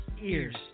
ears